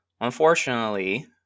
Unfortunately